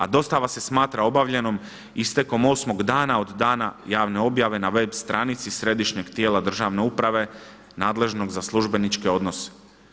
A dostava se smatra obavljenom istekom osmog dana od dana javne objave na web stranici Središnjeg tijela državne uprave nadležnog za službeničke odnose.